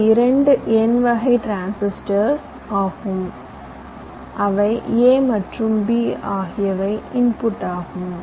இவை இரண்டு n வகை டிரான்சிஸ்டர் ஆகும் அவை a மற்றும் b ஆகியவை இன்புட் ஆகும்